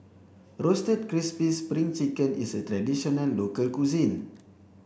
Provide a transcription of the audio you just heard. roasted crispy spring chicken is a traditional local cuisine